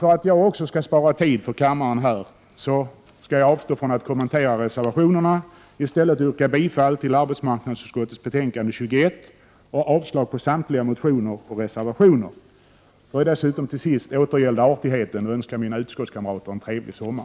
För att också jag skall spara kammarens tid avstår jag från att kommentera reservationerna. I stället yrkar jag bifall till arbetsmarknadsut skottets betänkande 21 och avslag på samtliga motioner och reservationer. Dessutom vill jag till sist återgälda artigheten och önska mina utskottskamrater en trevlig sommar.